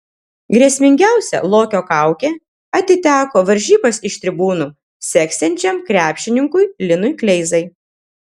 grėsmingiausia lokio kaukė atiteko varžybas iš tribūnų seksiančiam krepšininkui linui kleizai